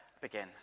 begin